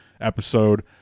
episode